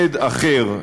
כנגד אחר.